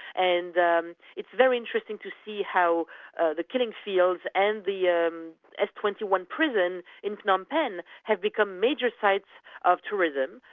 and um it's very interesting to see how the killing fields and the um s twenty one prison in phnom penh have become major sites of tourism.